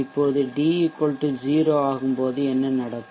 இப்போது d 0 ஆகும்போது என்ன நடக்கும்